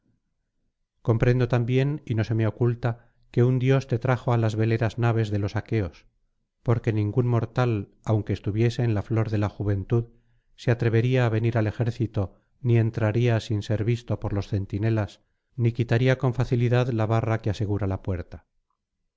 comprendo también y no se me oculta que un dios te trajo á las veleras naves de los aqueos porque ningún mortal aunque estuviese en la flor de la juventud se atrevería á venir al ejército ni entraría sin ser visto por los centinelas ni quitaría con facilidad la barra que asegura la puerta